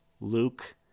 Luke